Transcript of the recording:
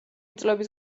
წლების